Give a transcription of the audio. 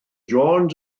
jones